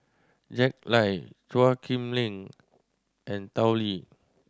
Jack Lai Chua Chim Kang and Tao Li